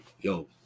Yo